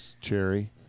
cherry